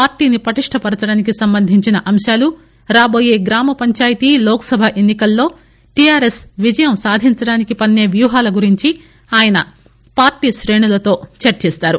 పార్టీని పటిష్ణపరచడానికి సంబంధించిన అంశాలు రాబోయే గ్రామ పంచాయితీ లోక్ సభ ఎన్ని కల్లో టిఆర్ఎస్ విజయం సాధించడానికిి పస్సే వ్యూహాల గురించి ఆయన పార్టీ శ్రేణులతో చర్చిస్తారు